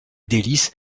délices